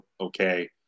Okay